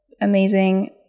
amazing